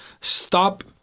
stop